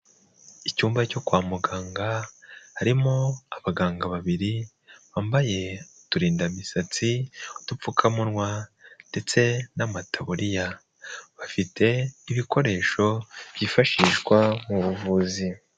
Icyumba cyo kwa muganga harimo abaganga babiri bambaye uturindamisatsi, udupfukamunwa ndetse n'amataburiya. Bafite ibikoresho byifashishwa mu buvuzi.